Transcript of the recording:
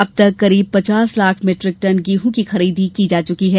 अब तक करीब पचास लाख मीट्रिक टन गेहूं की खरीदी की जा चुकी है